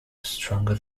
stronger